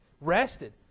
rested